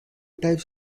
types